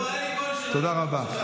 תודה רבה.